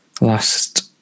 last